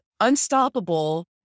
unstoppable